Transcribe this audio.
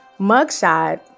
mugshot